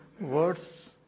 words